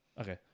Okay